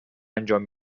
انجام